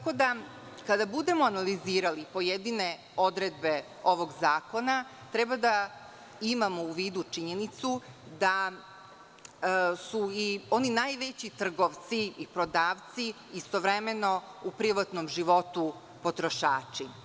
Kada budemo analizirali pojedine odredbe ovog zakona treba da imamo u vidu činjenicu da su i oni najveći trgovci i prodavci istovremeno u privatnom životu potrošači.